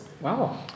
Wow